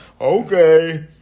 okay